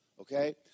okay